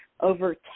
over